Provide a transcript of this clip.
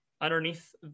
underneath